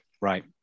Right